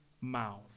mouth